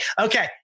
Okay